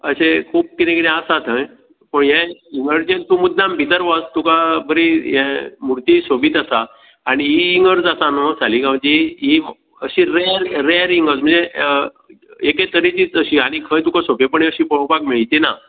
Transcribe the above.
अशें खूब किरें किरें आसा थंय पळय हे इगर्जेन तूं मुद्दम भितर वच तुका बरी हे मुर्ती सोबीत आसा आनी ही इगर्ज आसा न्हू सालिगांवची ही अशी रॅर रॅर इगर्ज म्हणजे एकेत तरेचीच अशी आनी खंय तुका सोंपेपणी अशी पोळोपाक मेळची ना